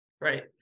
Right